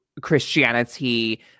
Christianity